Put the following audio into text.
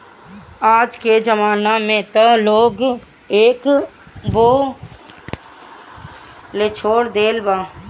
आजके जमाना में त लोग एके बोअ लेछोड़ देले बा